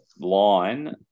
line